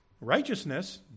righteousness